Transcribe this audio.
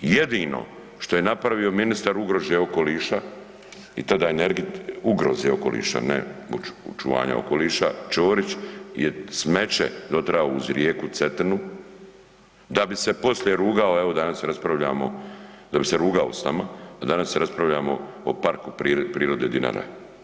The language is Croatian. Jedino što je napravio ministar ugroze okoliša i tada, ugroze okoliša ne očuvanja okoliša je smeće doterao uz rijeku Cetinu da bi se poslije rugao, evo danas raspravljamo, da bi se rugao s nama, a danas raspravljamo o Parku prirode Dinare.